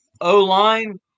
O-line